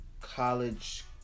college